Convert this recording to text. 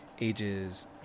ages